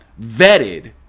vetted